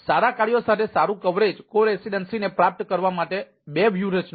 સારા કાર્યો સાથે સારું કવરેજ કો રેસિડેન્સી ને પ્રાપ્ત કરવા માટે બે વ્યૂહરચના છે